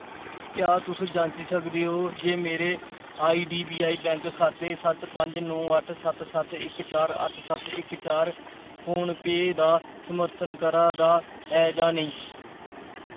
क्या तुस जांची सकदे ओ जे मेरे I D B I bank खाते सत्त पंज नौ अट्ठ सत्त सत्त इक चार अट्ठ सत्त इक चार फोन पेऽ दा समर्थन करा दा ऐ जां नेईं